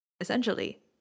essentially